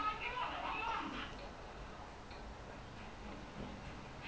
ya it's damn hard to lose weight lah honestly for his height some more